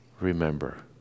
remember